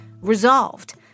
Resolved